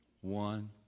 one